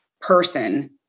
person